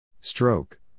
Stroke